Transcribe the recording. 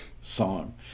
song